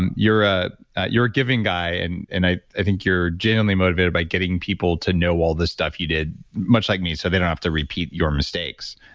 and you're ah a giving guy, and and i think you're genuinely motivated by getting people to know all this stuff you did, much like me, so they don't have to repeat your mistakes.